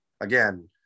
again